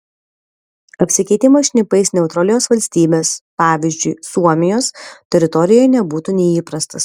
apsikeitimas šnipais neutralios valstybės pavyzdžiui suomijos teritorijoje nebūtų neįprastas